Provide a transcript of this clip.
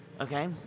Okay